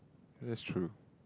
that's true